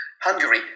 Hungary